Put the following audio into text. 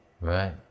Right